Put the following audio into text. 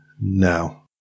now